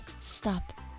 stop